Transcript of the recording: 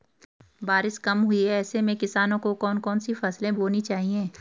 बारिश कम हुई है ऐसे में किसानों को कौन कौन सी फसलें बोनी चाहिए?